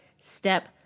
step